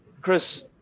Chris